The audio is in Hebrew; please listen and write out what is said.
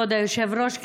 כבוד היושב-ראש,